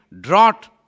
drought